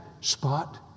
spot